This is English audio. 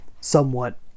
somewhat